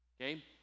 Okay